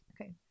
okay